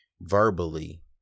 verbally